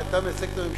כי אתה מייצג את הממשלה,